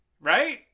Right